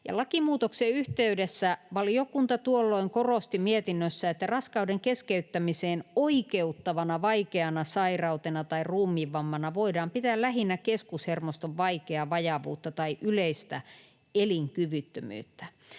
Lakimuutoksen yhteydessä valiokunta tuolloin korosti mietinnössään, että raskauden keskeyttämiseen oikeuttavana vaikeana sairautena tai ruumiinvammana voidaan pitää lähinnä keskushermoston vaikeaa vajavuutta tai yleistä elinkyvyttömyyttä.